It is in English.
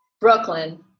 Brooklyn